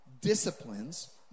Disciplines